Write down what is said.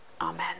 Amen